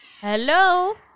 Hello